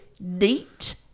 neat